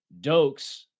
dokes